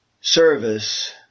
service